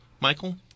Michael